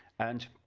and